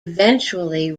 eventually